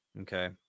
Okay